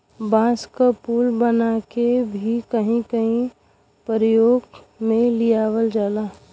बांस क पुल बनाके भी कहीं कहीं परयोग में लियावल जाला